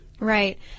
Right